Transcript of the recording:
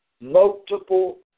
multiple